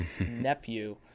nephew